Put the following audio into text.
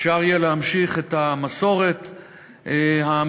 אפשר יהיה להמשיך את המסורת המפוארת,